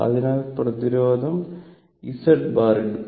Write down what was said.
അതിനാൽ പ്രതിരോധം z bar ഇടുക